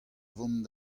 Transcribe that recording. vont